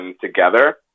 Together